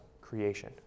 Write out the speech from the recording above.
creation